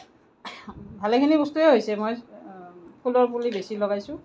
ভালেখিনি বস্তুয়েই হৈছে মই ফুলৰ পুলি বেছি লগাইছোঁ